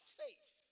faith